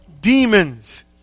demons